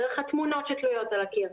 דרך התמונות שתלויות על הקיר,